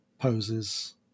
poses